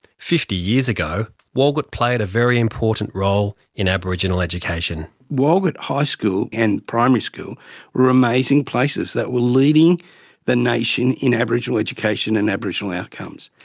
fifty years ago walgett played a very important role in aboriginal education. walgett high school and primary school were amazing places that were leading the nation in aboriginal education and aboriginal outcomes.